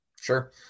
Sure